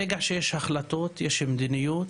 ברגע שיש החלטות יש מדיניות,